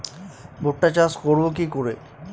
ভুট্টা চাষ করব কি করে?